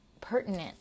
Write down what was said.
pertinent